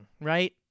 right